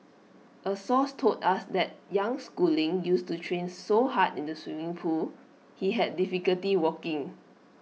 A source told us that young schooling used to train so hard in the swimming pool he had difficulty walking